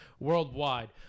worldwide